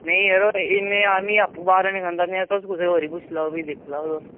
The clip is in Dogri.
नेई यरो इन्ने मिगी आपूं बारा नी खंदा तुस कुसे होर गी पुच्छी लैओ दिक्खी लैओ तुस